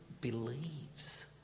believes